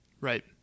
Right